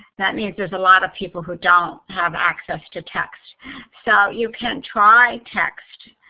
that means there's a lot of people who don't have access to text so, you can try text,